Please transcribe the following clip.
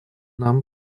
нам